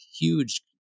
huge